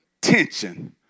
tension